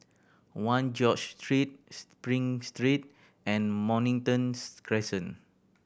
One George Street Spring Street and Morningtons rescent